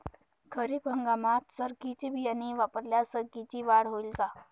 खरीप हंगामात सरकीचे बियाणे वापरल्यास सरकीची वाढ होईल का?